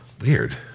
Weird